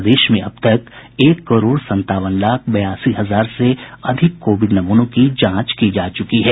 प्रदेश में अब तक एक करोड़ संतावन लाख बयासी हजार से अधिक कोविड नमूनों की जांच की जा चुकी है